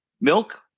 Milk